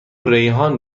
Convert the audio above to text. ریحان